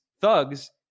thugs